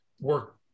work